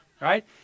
right